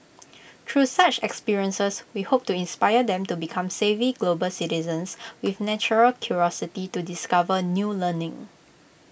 through such experiences we hope to inspire them to become savvy global citizens with natural curiosity to discover new learning